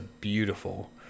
beautiful